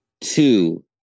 Two